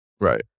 Right